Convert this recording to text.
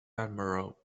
admiral